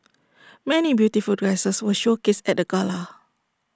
many beautiful dresses were showcased at the gala